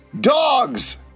DOGS